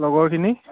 লগৰখিনি